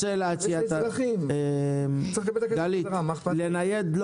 גלית, לא לנייד?